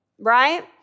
right